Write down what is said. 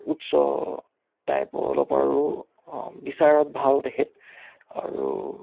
উচ্চ টাইপৰ অলপ আৰু বিচাৰত ভাল তেখেত আৰু